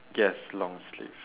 yes long sleeves